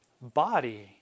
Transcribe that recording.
body